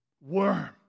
Worm